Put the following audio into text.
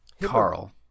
Carl